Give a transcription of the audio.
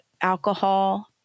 alcohol